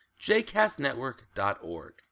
jcastnetwork.org